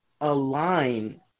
align